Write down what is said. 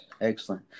Excellent